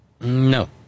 no